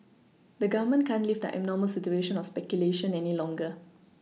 the Government can't leave the abnormal situation of speculation any longer